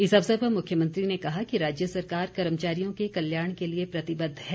इस अवसर पर मुख्यमंत्री ने कहा कि राज्य सरकार कर्मचारियों के कल्याण के लिए प्रतिबद्ध है